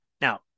Now